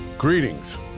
Greetings